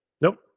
nope